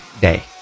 day